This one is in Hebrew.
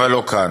אבל לא כאן.